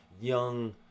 young